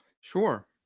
Sure